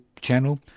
channel